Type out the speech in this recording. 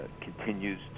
continues